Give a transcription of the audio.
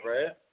Right